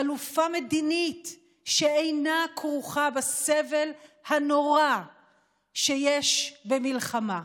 חלופה מדינית שאינה כרוכה בסבל הנורא שיש במלחמה.